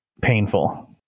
Painful